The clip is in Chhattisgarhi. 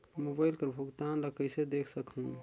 मोबाइल कर भुगतान ला कइसे देख सकहुं?